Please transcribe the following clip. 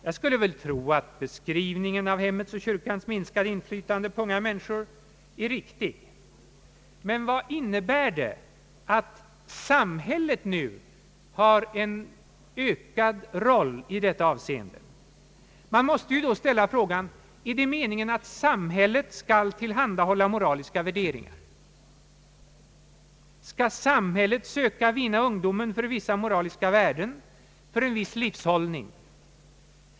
Jag skulle tro att beskrivningen av hemmets och kyrkans minskade inflytande på unga människor är riktig. Men vad innebär det att samhället nu har en ökad roll i detta avseende? Man måste ställa sig frågan: Är det meningen att samhället skall tillhandahålla moraliska värderingar? Skall samhället söka vinna ungdomen för vissa moraliska värden, för en viss livshållning?